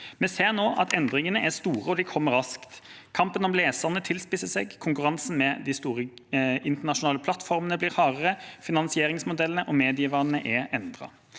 Vi ser nå at endringene er store, og de kommer raskt. Kampen om leserne tilspisser seg, konkurransen med de store internasjonale plattformene blir hardere, finansieringsmodellene og medievanene er endret.